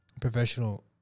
professional